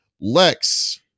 lex